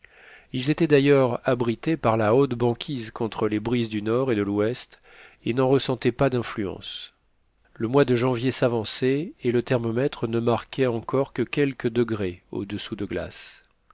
ils étaient d'ailleurs abrités par la haute banquise contre les brises du nord et de l'ouest et n'en ressentaient pas l'influence le mois de janvier s'avançait et le thermomètre ne marquait encore que quelques degrés au-dessous de glace